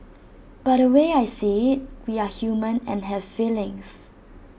but the way I see IT we are human and have feelings